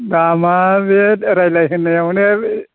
दामा बे रायज्लाय होनलायावनो